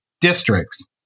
districts